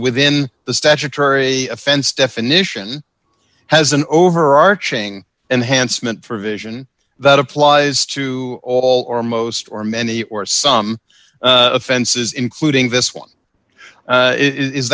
within the statutory offense definition has an overarching enhancement for vision that applies to all or most or many or some offenses including this one